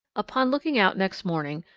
upon looking out next morning,